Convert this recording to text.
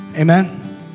Amen